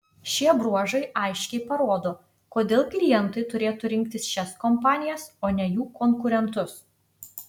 šie bruožai aiškiai parodo kodėl klientai turėtų rinktis šias kompanijas o ne jų konkurentus